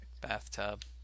bathtub